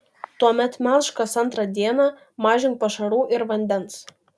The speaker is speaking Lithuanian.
tuomet melžk kas antrą dieną mažink pašarų ir vandens